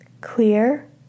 clear